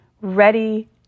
ready